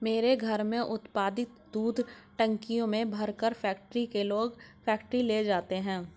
मेरे घर में उत्पादित दूध टंकियों में भरकर फैक्ट्री के लोग फैक्ट्री ले जाते हैं